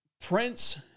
Prince